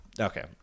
Okay